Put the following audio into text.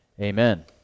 amen